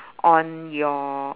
on your